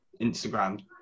Instagram